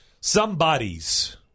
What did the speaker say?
somebody's